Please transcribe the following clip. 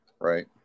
right